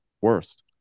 worst